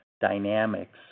dynamics